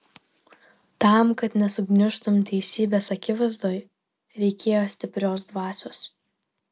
tam kad nesugniužtum teisybės akivaizdoj reikėjo stiprios dvasios